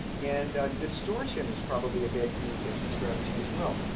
and distortion is probably a bad communication strategy as well.